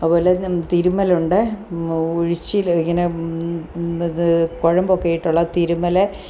അതുപോലെ തന്നെ തിരുമ്മൽ ഉണ്ട് ഉഴിച്ചിൽ ഇങ്ങനെ ഇത് കുഴമ്പൊക്കെ ഇട്ടുള്ള തിരുമ്മൽ